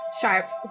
Sharps